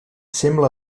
sembla